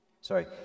sorry